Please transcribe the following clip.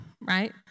right